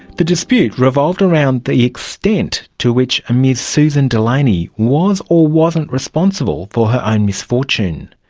the dispute revolves around the extent to which a miss susan delaney was or wasn't responsible for her own misfortune.